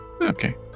Okay